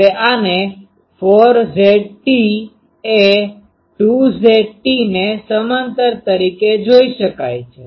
હવે આને 4 Zt એ2 Zt ને સમાંતર તરીકે જોઇ શકાય છે